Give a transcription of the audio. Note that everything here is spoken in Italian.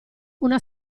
una